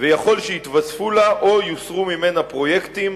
ויכול שיתווספו לה או יוסרו ממנה פרויקטים,